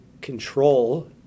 control